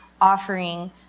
offering